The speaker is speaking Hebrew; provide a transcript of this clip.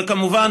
וכמובן,